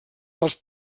els